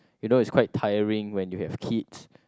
you know it's quite tiring when you have kids